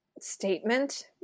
statement